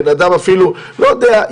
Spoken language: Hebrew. לא יודע,